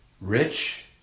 rich